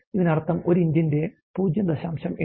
ഇതിനർത്ഥം ഒരു ഇഞ്ചിന്റെ 0